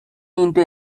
into